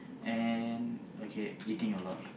and okay eating a lot